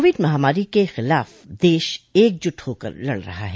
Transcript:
Covid महामारी के खिलाफ देश एकजुट होकर लड़ रहा है